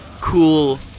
cool